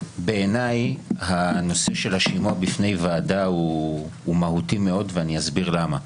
בעיניי הנושא של השימוע בפני ועדה הוא מהותי מאוד ואני אסביר למה.